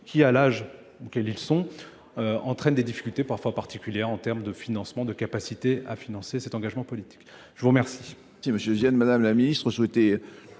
qui, à l'âge dans lequel ils sont, entraîne des difficultés parfois particulières en termes de financement, de capacité à financer cet engagement politique. Je vous remercie.